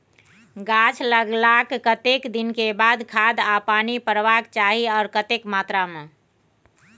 गाछ लागलाक कतेक दिन के बाद खाद आ पानी परबाक चाही आ कतेक मात्रा मे?